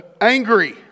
angry